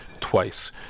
twice